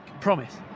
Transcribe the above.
Promise